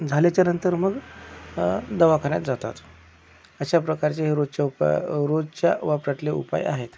झाल्याच्या नंतर मग दवाखान्यात जातात अशा प्रकारचे हे रोजचे उपा रोजच्या वापरातले उपाय आहेत